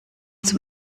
zum